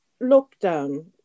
lockdown